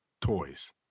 toys